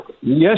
Yes